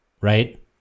Right